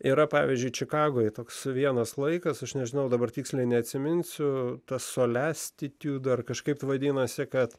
yra pavyzdžiui čikagoje toks vienas laikas aš nežinau dabar tiksliai neatsiminsiu tas solestitjud ar kažkaip vadinasi kad